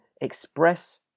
express